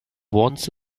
once